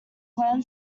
glenn